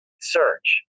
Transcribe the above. Search